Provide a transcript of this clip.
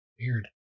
weird